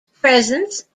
presence